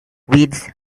weeds